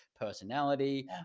personality